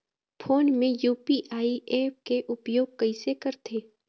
Phone मे UPI app के उपयोग कइसे करथे?